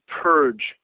purge